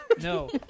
No